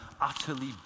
utterly